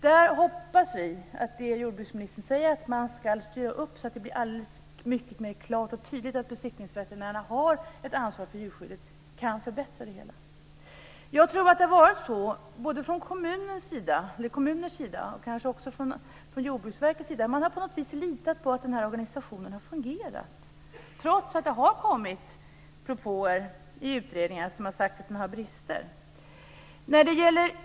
Vi hoppas att det jordbruksministern säger, om att man ska styra upp det här så att det blir mycket klarare och tydligare att besiktningsveterinärerna har ett ansvar för djurskyddet, kan förbättra det hela. Jag tror att både kommunerna och Jordbruksverket på något sätt har litat på att organisationen har fungerat, trots att det har kommit propåer i utredningar som har sagt att organisationen har brister.